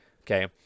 okay